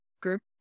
group